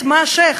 מת-מ-שך.